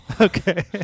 Okay